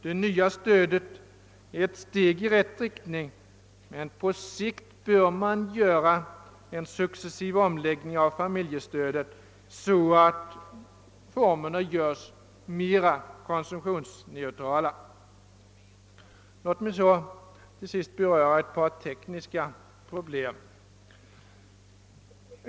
Det nya stödet är ett steg i rätt riktning, men på sikt bör man göra en successiv omläggning av familjestödet, så att utformningen görs mera konsumtionsneutral. Låt mig så till sist beröra ett par tekniska problem.